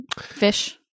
fish